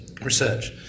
research